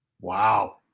Wow